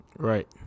right